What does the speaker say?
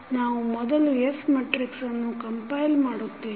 ನಾವು ಮೊದಲು S ಮೆಟ್ರಿಕ್ಸನ್ನು ಕಂಪೈಲ್ ಮಾಡುತ್ತೇವೆ